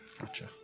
gotcha